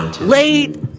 late